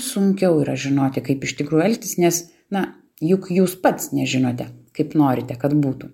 sunkiau yra žinoti kaip iš tikrųjų elgtis nes na juk jūs pats nežinote kaip norite kad būtų